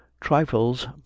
trifles